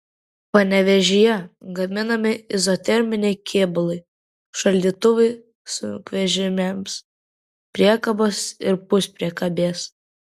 panevėžyje gaminami izoterminiai kėbulai šaldytuvai sunkvežimiams priekabos ir puspriekabės